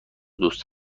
دوست